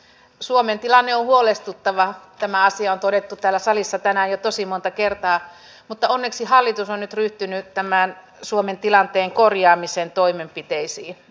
suomen tilanne on huolestuttava tämä asia on todettu täällä salissa tänään jo tosi monta kertaa mutta onneksi hallitus on nyt ryhtynyt tämän suomen tilanteen korjaamisen toimenpiteisiin